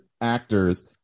actors